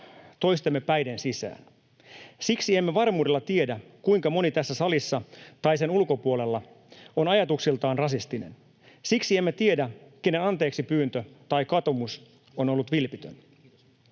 toistemme pään sisään. Siksi emme varmuudella tiedä, kuinka moni tässä salissa tai sen ulkopuolella on ajatuksiltaan rasistinen. Siksi emme tiedä, kenen anteeksipyyntö tai katumus on ollut vilpitön.